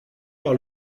par